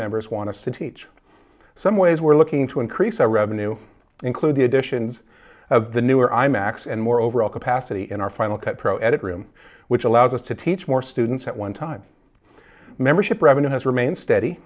members want to teach some ways we're looking to increase our revenue include the additions of the newer imax and more overall capacity in our final cut pro edit room which allows us to teach more students at one time membership revenue has remained steady